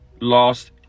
lost